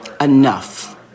Enough